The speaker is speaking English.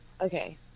Okay